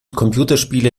computerspiele